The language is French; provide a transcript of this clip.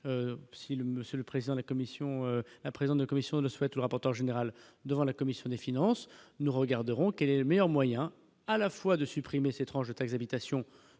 un président de commission ne souhaite rapporteur général devant la commission des finances, nous regarderons quel est le meilleur moyen à la fois de supprimer, c'est étrange est exaltation